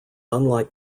unlike